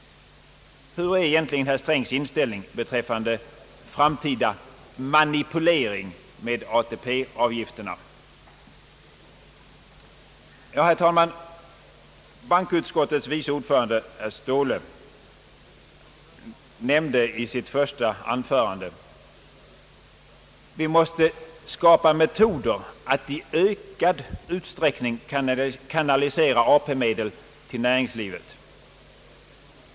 Hur är egentligen herr Strängs inställning beträffande framtida manipulering med ATP-avgifterna? ordförande herr Ståhle nämnde i sitt första anförande att vi måste skapa metoder att i ökad utsträckning kanalisera AP-medel till näringslivet.